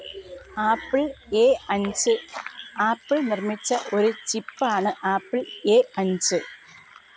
apple A അഞ്ച് Apple നിർമ്മിച്ച ഒരു ചിപ്പ് ആണ് ആപ്പിൾ എ അഞ്ച്